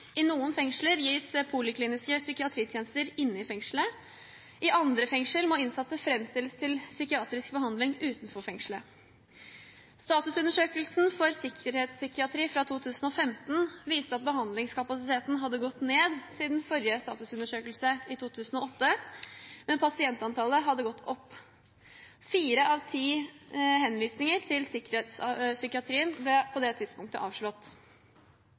I noen fengsler gis polikliniske psykiatritjenester inne i fengselet, i andre fengsler må innsatte framstilles til psykiatrisk behandling utenfor fengselet. Statusundersøkelsen for sikkerhetspsykiatri fra 2015 viste at behandlingskapasiteten hadde gått ned siden forrige statusundersøkelse, i 2008, mens pasientantallet hadde gått opp. Fire av ti henvisninger til sikkerhetspsykiatrien ble på det tidspunktet avslått.